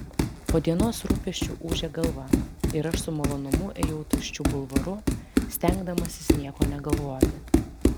po dienos rūpesčių ūžė galva ir aš su malonumu ėjau tuščiu bulvaru stengdamasis nieko negalvoti